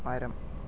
മരം